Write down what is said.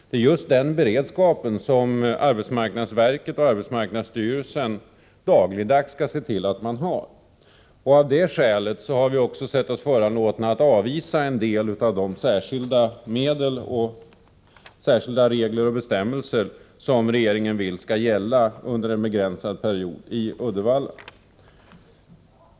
Det är just den beredskapen som arbetsmarknadsverket och arbetsmarknadsstyrelsen dagligdags skall se till att man har. Av det skälet har vi också sett oss föranlåtna att avvisa en del av de särskilda medlen samt de särskilda regler och bestämmelser som regeringen vill skall gälla under en begränsad period i Uddevalla.